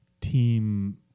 team